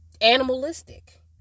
animalistic